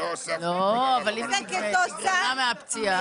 ואם זה כתוצאה מהפציעה?